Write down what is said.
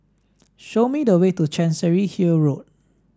show me the way to Chancery Hill Road